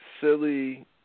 silly